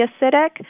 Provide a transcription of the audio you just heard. acidic